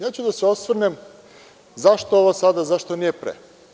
Ja ću da se osvrnem na zašto je ovo sada, zašto nije pre?